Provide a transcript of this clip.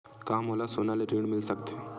का मोला सोना ले ऋण मिल सकथे?